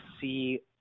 see